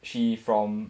she from